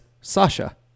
Sasha